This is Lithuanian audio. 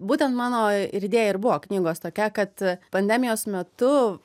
būtent mano ir idėja ir buvo knygos tokia kad pandemijos metu